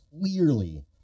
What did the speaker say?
clearly